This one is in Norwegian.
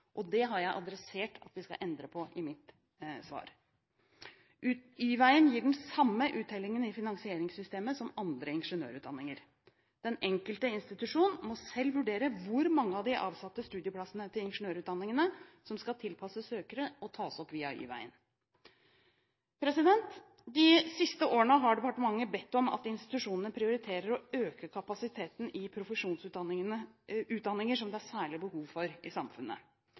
Det har jeg adressert i mitt svar at vi skal endre på. Y-veien gir den samme uttellingen i finansieringssystemet som andre ingeniørutdanninger. Den enkelte institusjon må selv vurdere hvor mange av de avsatte studieplassene til ingeniørutdanningene som skal tilpasses søkere som tas opp via Y-veien. De siste årene har departementet bedt om at institusjonene prioriterer å øke kapasiteten i profesjonsutdanninger som det er særlig behov for i samfunnet.